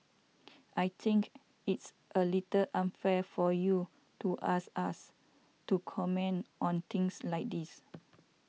I think it's a little unfair for you to ask us to comment on things like this